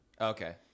Okay